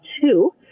two